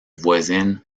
voisines